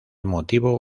motivo